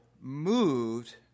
moved